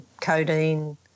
codeine